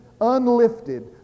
unlifted